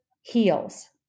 heals